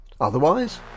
Otherwise